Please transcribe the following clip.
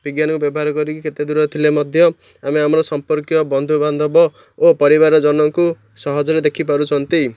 ବିଜ୍ଞାନକୁ ବ୍ୟବହାର କରିକି କେତେ ଦୂର ଥିଲେ ମଧ୍ୟ ଆମେ ଆର ସମ୍ପର୍କୀୟ ବନ୍ଧୁବାନ୍ଧବ ଓ ପରିବାର ଜନଙ୍କୁ ସହଜରେ ଦେଖିପାରୁଛନ୍ତି